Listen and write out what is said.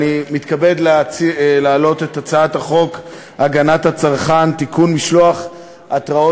אני מתכבד להעלות את הצעת חוק הגנת הצרכן (תיקון מס' 43) (משלוח התראת